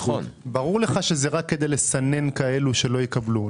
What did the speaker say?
ברור לך שזה רק כדי לסנן כאלה שלא יקבלו.